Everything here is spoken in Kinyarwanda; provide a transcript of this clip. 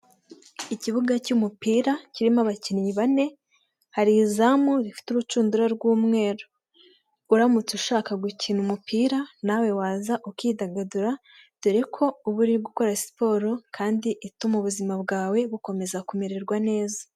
Ikibuga cy'umupira kirimo abakinnyi bane hari izamu rifite urushundura rw'umweru, uramutse ushaka gukina umupira nawe waza ukidagadura dore ko uba uri gukora siporo kandi ituma ubuzima bwawe bukomeza kumererwa neza.